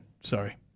Sorry